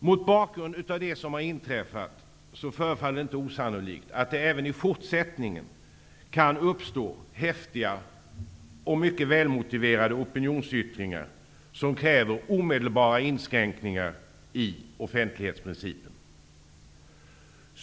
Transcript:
Mot bakgrund av det som har inträffat förefaller det inte osannolikt att det även i fortsättningen kan uppstå häftiga och mycket välmotiverade opinionsyttringar som kräver omedelbara inskränkningar i offentlighetsprincipen.